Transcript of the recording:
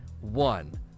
one